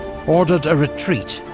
ordered a retreat,